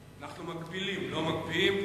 אנחנו מגבילים, לא מקפיאים,